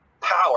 power